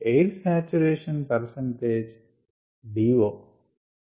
air saturation percentage DO